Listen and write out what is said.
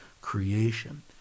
creation